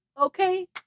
Okay